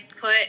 put